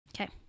Okay